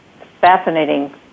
fascinating